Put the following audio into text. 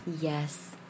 Yes